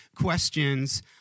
questions